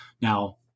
Now